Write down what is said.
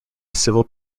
civil